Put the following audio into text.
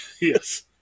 Yes